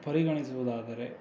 ಪರಿಗಣಿಸುವುದಾದರೆ